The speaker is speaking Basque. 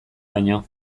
baino